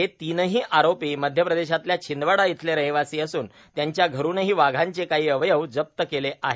हे तीनही आरोपी मध्यप्रदेशातल्या छिंदवाडा इथले रहिवासी असून त्यांच्या घरुनही वाघांचे कांही अवयव जप्त केले आहेत